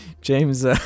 James